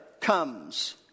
comes